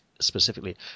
specifically